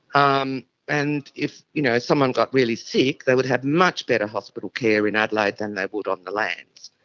um and if you know someone got really sick, they would have much better hospital care in adelaide than they would on the lands.